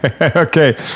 okay